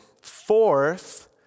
Fourth